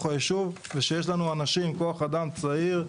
הישוב ויש לנו אנשים עם כוח אדם צעיר,